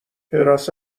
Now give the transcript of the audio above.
حراست